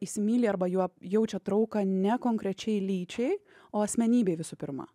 įsimyli arba juo jaučia trauką ne konkrečiai lyčiai o asmenybei visų pirma